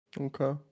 Okay